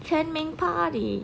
签名 party